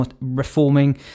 reforming